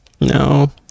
No